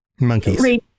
monkeys